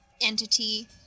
entity